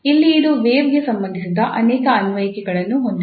ಇಲ್ಲಿ ಇದು ವೇವ್ ಗೆ ಸಂಬಂಧಿಸಿದ ಅನೇಕ ಅನ್ವಯಿಕೆಗಳನ್ನು ಹೊಂದಿದೆ